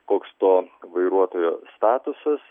koks to vairuotojo statusas